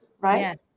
right